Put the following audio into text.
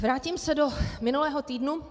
Vrátím se do minulého týdne.